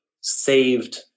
saved